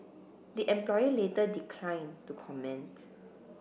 the employee later declined to comment